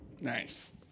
Nice